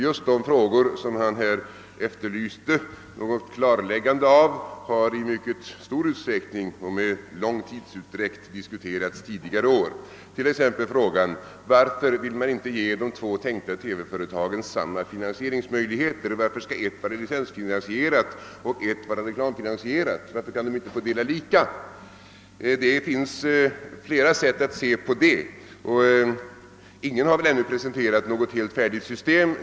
Just de frågor, där han här efterlyste ett klarläggande, har i mycket stor utsträckning diskuterats tidigare år, t.ex. frågan: Varför vill man inte ge de två tänkta TV-företagen samma finansieringsmöjligheter, och varför skall ett vara licensfinansierat och ett reklamfinansierat? Varför kan de inte få dela lika? Det finns flera sätt att se på det, och ingen har väl ännu presenterat något helt färdigt system.